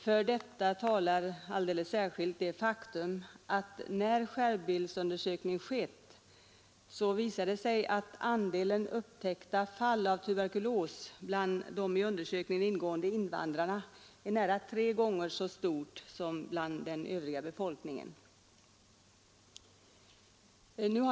För detta talar alldeles särskilt det faktum att när skärmbildsundersökning skett visar det sig att andelen upptäckta fall av tuberkulos bland de i undersökningen ingående invandrarna är nära tre gånger så stor som bland den övriga befolkningen.